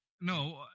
No